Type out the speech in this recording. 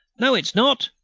no, it's not.